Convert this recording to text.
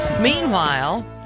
Meanwhile